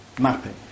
mapping